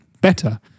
better